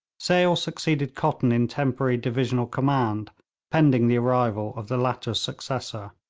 sale succeeded cotton in temporary divisional command pending the arrival of the latter's successor.